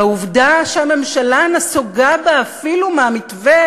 על העובדה שהממשלה נסוגה אפילו מהמתווה